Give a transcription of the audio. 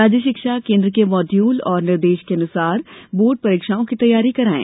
राज्य शिक्षा केन्द्र के माडयूल और निर्देश के अनुसार बोर्ड परीक्षाओं की तैयारी करायें